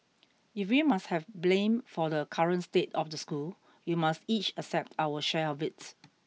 if we must have blame for the current state of the school we must each accept our share of it